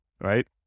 right